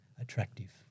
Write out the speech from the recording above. attractive